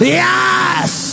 yes